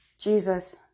Jesus